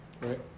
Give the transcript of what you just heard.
right